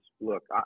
look